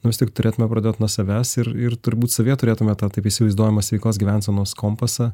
nu vis tik turėtume pradėt nuo savęs ir ir turbūt savyje turėtume tą taip įsivaizduojamą sveikos gyvensenos kompasą